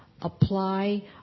apply